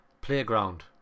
Playground